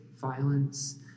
violence